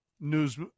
news